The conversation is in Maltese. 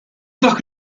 dak